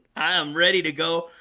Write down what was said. i am ready to go.